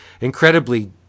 incredibly